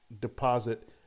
deposit